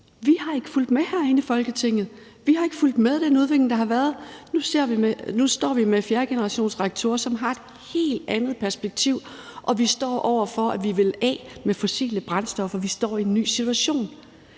vi har ikke fulgt med herinde i Folketinget. Vi har ikke fulgt med den udvikling, der har været. Nu står vi med fjerdegenerationsreaktorer, som har et helt andet perspektiv, og vi står over for, at vi vil af med fossile brændstoffer. Vi står i en ny situation.